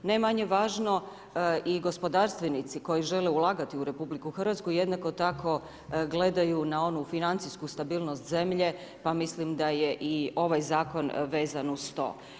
Ne manje važno, i gospodarstvenici koji žele ulagati u RH, jednako tako gledaju na onu financijsku stabilnost zemlje pa mislim da je i ovaj zakon vezan uz to.